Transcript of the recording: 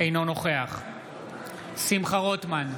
אינו נוכח שמחה רוטמן,